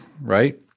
right